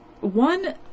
one